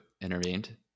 intervened